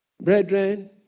Brethren